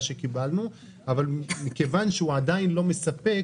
שקיבלנו אבל מכיוון שהוא עדיין לא מספק,